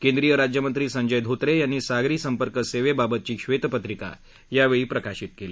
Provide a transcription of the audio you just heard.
केंद्रीय राज्यमंत्री संजय धोत्रे यांनी सागरी संपर्क सेवेबाबतची श्वेतपत्रिका यावेळी प्रसिद्ध केली